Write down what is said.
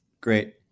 Great